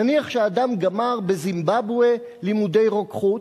נניח שאדם גמר בזימבבואה לימודי רוקחות,